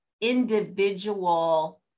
individual